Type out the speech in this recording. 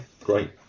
great